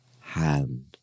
hand